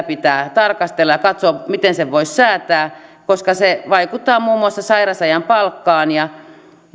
pitää tarkastella ja katsoa miten sen voisi säätää koska se vaikuttaa muun muassa sairausajan palkkaan ja